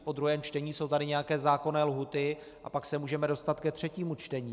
Po druhém čtení jsou tady nějaké zákonné lhůty a pak se můžeme dostat ke třetímu čtení.